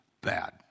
bad